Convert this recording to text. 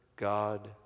God